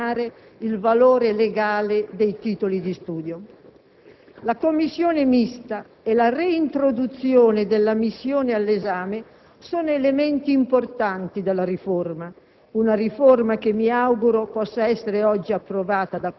come unico argine alla tentazione di eliminare il valore legale dei titoli di studio. La commissione mista e la reintroduzione dell'ammissione all'esame sono elementi importanti della riforma,